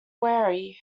wary